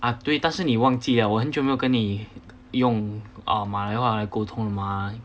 啊对但是你忘记了我很久没有跟你用马来话来沟通了嘛